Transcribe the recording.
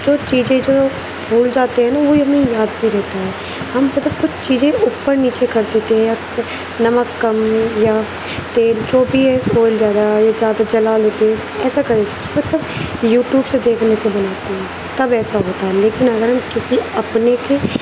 تو چیزیں جو بھول جاتے ہیں نا وہی ہمیں یاد نہیں رہتی ہیں ہم کو تو کچھ چیزیں اوپر نیچے کر دیتے ہیں یا نمک کم یا تیل جو بھی ہے آئل زیادہ یا زیادہ جلا لیتے ہیں ایسا کر لیتے ہیں مطلب یوٹیوب سے دیکھنے سے بناتے ہیں تب ایسا ہوتا ہے لیکن اگر ہم کسی اپنے کے